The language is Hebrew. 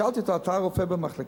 שאלתי אותו: אתה הרופא במחלקה,